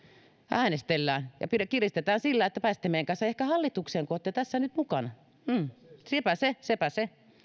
äänestellään ja kiristetään sillä että te pääsette meidän kanssamme ehkä hallitukseen kun olette tässä nyt mukana sepä se sepä se